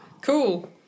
Cool